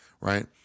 right